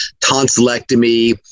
Tonsillectomy